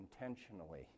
intentionally